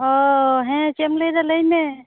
ᱚ ᱦᱮᱸ ᱪᱮᱫ ᱮᱢ ᱞᱟᱹᱭᱮᱫᱟ ᱞᱟᱹᱭ ᱢᱮ